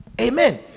Amen